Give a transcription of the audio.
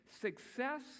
Success